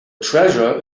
treasure